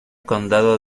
condado